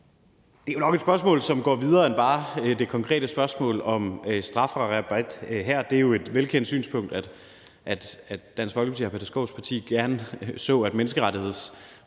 Det er jo nok et spørgsmål, som går videre end det, der ligger i det konkrete spørgsmål om strafrabat. Det er jo et velkendt synspunkt, at Dansk Folkeparti, hr. Peter Skaarups parti, gerne så, at menneskerettighedskonventionen